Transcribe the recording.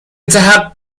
تحقیق